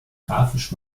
grafisch